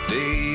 day